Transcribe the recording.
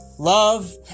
Love